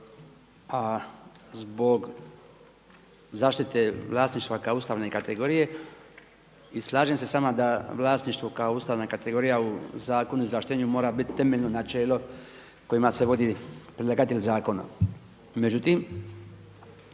a zbog zaštite vlasništva kao ustavne kategorije i slažem se da vlasništvo kao ustavna kategorija u Zakonu o izvlaštenju mora biti temeljno načelo kojima se vodi predlagatelj zakona. Međutim,